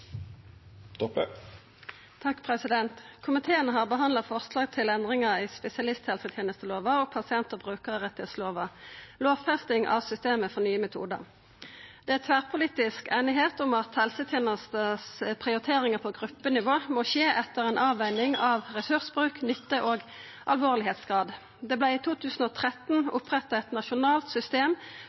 Komiteen har behandla forslag til endringar i spesialisthelsetenestelova og pasient- og brukarrettslova om lovfesting av systemet for nye metodar. Det er tverrpolitisk einigheit om at helsetenestas prioriteringar på gruppenivå må skje etter ei avveging av ressursbruk, nytte og alvorsgrad. Det vart i 2013 oppretta eit nasjonalt system